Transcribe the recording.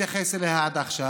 מתייחס אליה עד עכשיו.